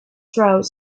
through